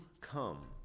come